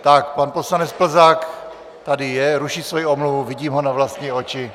Tak pan poslanec Plzák tady je, ruší svoji omluvu, vidím ho na vlastní oči.